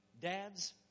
Dads